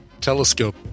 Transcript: telescope